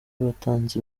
abatanze